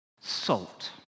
salt